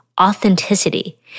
authenticity